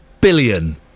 billion